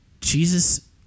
Jesus